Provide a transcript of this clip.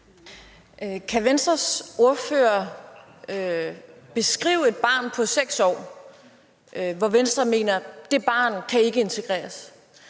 Kan Venstres ordfører beskrive et barn på 6 år, som Venstre mener ikke kan integreres?